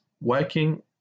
working